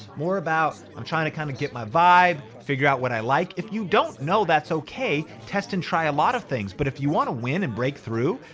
more about, i'm trynna kinda kind of get my vibe, figure out what i like. if you don't know, that's okay. test and try a lot of things. but if you wanna win and breakthrough,